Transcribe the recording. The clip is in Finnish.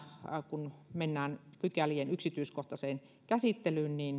kun mennään pykälien yksityiskohtaiseen käsittelyyn